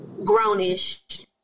Grownish